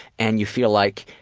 and you feel like,